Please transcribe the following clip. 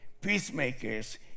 peacemakers